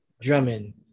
Drummond